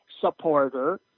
supporter